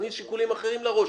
תכניס שיקולים אחרים לראש,